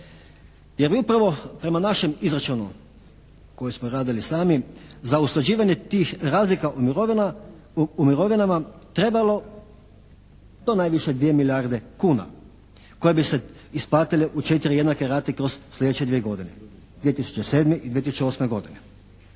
Jer upravo prema našem izračunu koji smo radili sami za usklađivanje tih razlika u mirovinama trebalo pa najviše 2 milijarde kuna koja bi se isplatile u četiri jednake rate kroz sljedeće dvije godine, 2007. i 2008. godine.